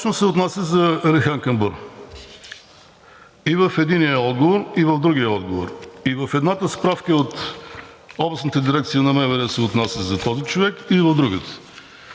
Точно се отнася за Рейхан Камбур. И в единия отговор, и в другия отговор, и в едната справка от Областната дирекция на МВР се отнася за този човек, и в другата.